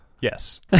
Yes